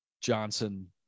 johnson